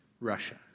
Russia